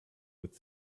with